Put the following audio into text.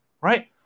Right